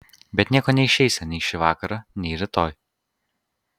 bet nieko neišeisią nei šį vakarą nei rytoj